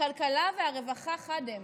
הכלכלה והרווחה חד הם.